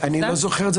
אני לא זוכר את זה.